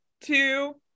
two